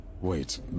Wait